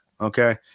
Okay